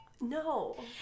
No